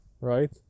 right